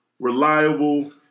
reliable